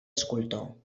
escultor